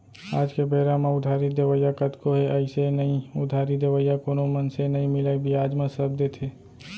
आज के बेरा म उधारी देवइया कतको हे अइसे नइ उधारी देवइया कोनो मनसे नइ मिलय बियाज म सब देथे